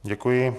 Děkuji.